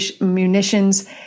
munitions